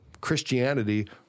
Christianity